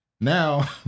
Now